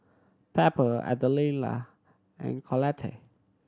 Pepper Ardella and Collette